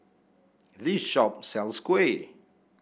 this shop sells Kuih